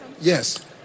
Yes